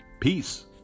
Peace